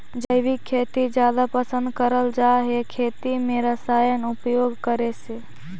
जैविक खेती जादा पसंद करल जा हे खेती में रसायन उपयोग करे से